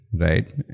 right